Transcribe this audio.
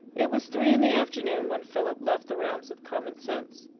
it was three in the afternoon when philip left the realms of commonsense.